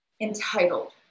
entitled